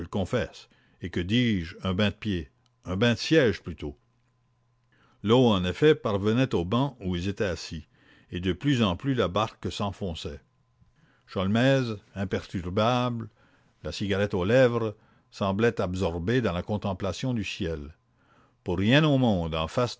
confesse et que dis-je un bain de pieds un bain de siège plutôt l'eau en effet parvenait au banc où ils étaient assis et de plus en plus la barque s'enfonçait sholmès imperturbable la cigarette aux lèvres semblait absorbé dans la contemplation du ciel pour rien au monde en face